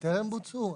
בטרם בוצעו?